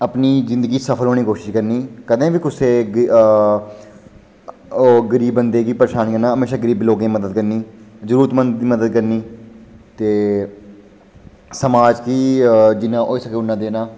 अपनी जिंदगी च सफल होने दी कोशश करनी कदें बी कुसै गी गरीब बंदे गी परेशानी नेईं देनी हमेशा गरीब लोकें दी मदद करनी जरूरत मंद दी मदद करनी ते समाज गी जिन्ना होई सकै उन्ना देना